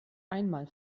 einmal